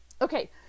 Okay